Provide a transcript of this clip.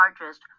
largest